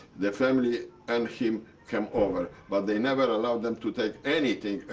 the family and him came over, but they never allowed them to take anything,